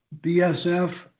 BSF